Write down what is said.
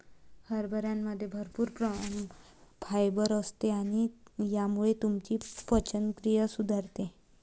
हरभऱ्यामध्ये भरपूर फायबर असते आणि त्यामुळे तुमची पचनक्रिया सुधारते